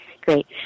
Great